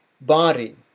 body